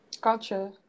gotcha